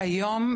והיום,